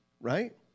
right